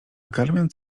karmiąc